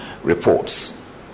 reports